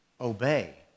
obey